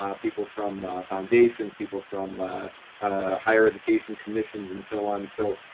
um people from foundations, people from higher education commissions and so on so,